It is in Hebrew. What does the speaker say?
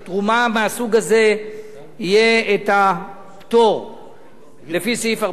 מהסוג הזה שיהיה עליו הפטור לפי סעיף 46,